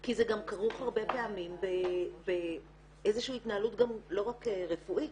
כי זה גם כרוך הרבה פעמים באיזושהי התנהלות לא רק רפואית